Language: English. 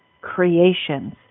creations